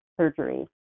surgery